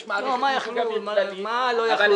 יש מעלית --- מה לא יכלו?